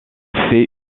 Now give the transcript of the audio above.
fait